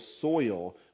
soil